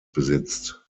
besitzt